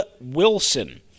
Wilson